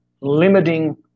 limiting